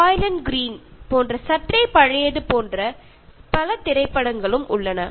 சாய்லண்ட் Green போன்ற சற்றே பழையது போன்ற பிற திரைப்படங்களும் உள்ளன